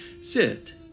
Sit